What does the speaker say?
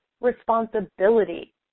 responsibility